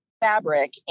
fabric